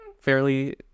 fairly